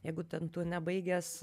jeigu ten tu nebaigęs